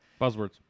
buzzwords